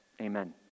Amen